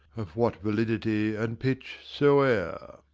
of what validity and pitch soe'er,